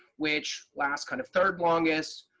which lasts kind of third longest.